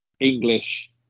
English